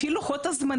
לפי לוחות הזמנים.